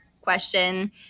question